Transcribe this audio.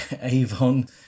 Avon